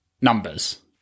numbers